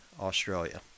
Australia